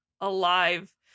alive